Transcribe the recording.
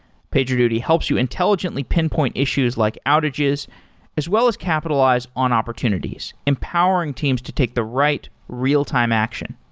pagerduty helps you intelligently pinpoint issues like outages as well as capitalize on opportunities, empowering teams to take the right real-time action.